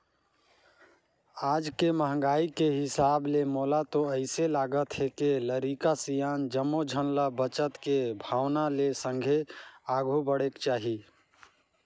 आज के महंगाई के हिसाब ले मोला तो अइसे लागथे के लरिका, सियान जम्मो झन ल बचत के भावना ले संघे आघु बढ़ेक चाही